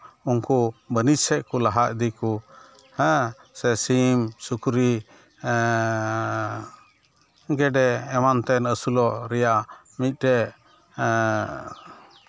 ᱩᱱᱠᱩ ᱵᱟᱹᱱᱤᱡᱽ ᱥᱮᱜ ᱠᱚ ᱞᱟᱦᱟ ᱤᱫᱤ ᱠᱚ ᱥᱮ ᱥᱤᱢ ᱥᱩᱠᱨᱤ ᱜᱮᱰᱮ ᱮᱢᱟᱱ ᱛᱮᱱ ᱟᱹᱥᱩᱞᱚᱜ ᱨᱮᱭᱟᱜ ᱢᱤᱫᱴᱮᱡ